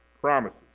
promises